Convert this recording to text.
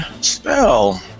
spell